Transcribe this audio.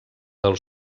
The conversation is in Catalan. del